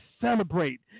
celebrate